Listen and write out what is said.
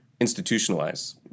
institutionalize